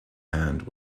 hand